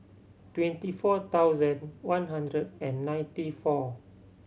twenty four thousand one hundred and ninety four